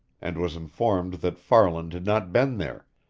and was informed that farland had not been there,